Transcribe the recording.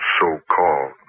so-called